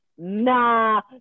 nah